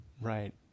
Right